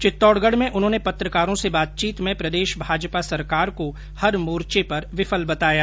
चित्तौडगढ में उन्होंने पत्रकारों से बातचीत में प्रदेश भाजपा सरकार को हर मोर्चे पर विफल बताया